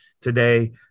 today